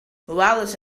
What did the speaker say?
wallace